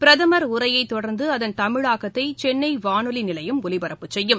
பிரதமர் உரையைத் தொடர்ந்து அதன் தமிழாக்கத்தை சென்னை வானொலி நிலையம் ஒலிபரப்பு செய்யும்